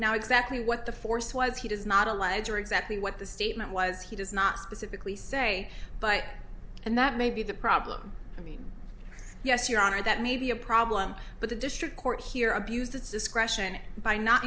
now exactly what the force was he does not allege or exactly what the statement was he does not specifically say but and that may be the problem and yes your honor that may be a problem but the district court here abused its discretion by not